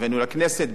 הבאנו לכנסת,